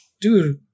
dude